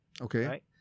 Okay